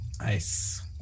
Nice